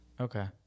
Okay